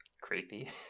creepy